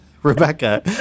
Rebecca